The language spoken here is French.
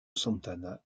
santana